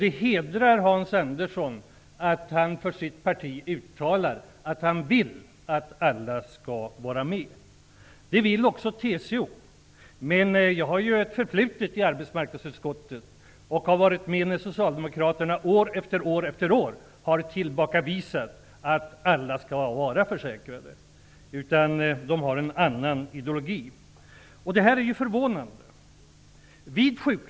Det hedrar Hans Andersson att han för sitt parti uttalar att han vill att alla skall vara med. Det vill också TCO. Jag har ett förflutet i arbetsmarknadsutskottet. Jag har varit med när socialdemokraterna år efter år har tillbakavisat förslag om att alla människor skall vara försäkrade. De har en annan ideologi. Det är förvånande.